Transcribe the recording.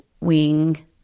wing